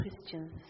Christians